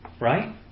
Right